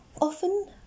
Often